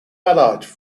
allied